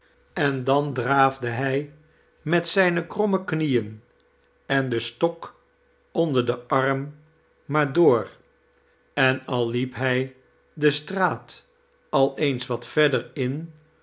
en dan draafde hij met zijne kromme knieen en den stok onder den arm maar door en al liep hij de straat al eens wat verder in